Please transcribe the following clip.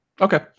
Okay